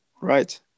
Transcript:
Right